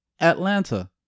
Atlanta